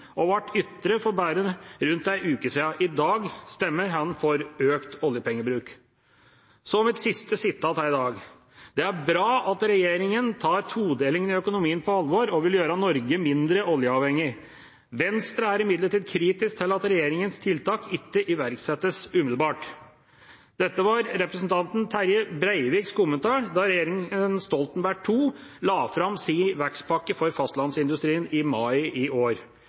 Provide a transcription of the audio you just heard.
og ble ytret for bare rundt én uke siden. I dag stemmer han for økt oljepengebruk. Mitt siste sitat her i dag: «Det er bra at regjeringen tar todelingen i økonomien på alvor og vil gjøre Norge mindre oljeavhengig.» Venstre er imidlertid kritisk til at regjeringas tiltak ikke iverksettes umiddelbart. Dette var representanten Terje Breiviks kommentar da regjeringa Stoltenberg II la fram sin vekstpakke for fastlandsindustrien i mai i år.